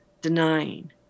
denying